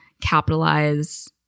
capitalize